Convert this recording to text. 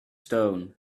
stone